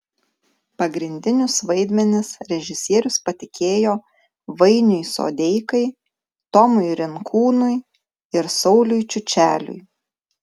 pagrindinius vaidmenis režisierius patikėjo vainiui sodeikai tomui rinkūnui ir sauliui čiučeliui